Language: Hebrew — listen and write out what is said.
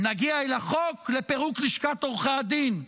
נגיע לחוק לפירוק לשכת עורכי הדין,